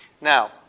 Now